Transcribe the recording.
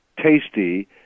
tasty